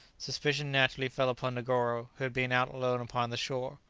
suspicion naturally fell upon negoro, who had been out alone upon the shore.